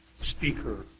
speaker